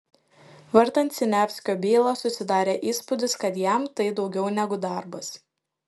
vartant siniavskio bylą susidarė įspūdis kad jam tai daugiau negu darbas